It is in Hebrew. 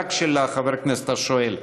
רק של חבר הכנסת השואל.